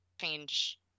change